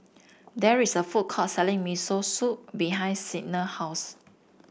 there is a food court selling Miso Soup behind Signa house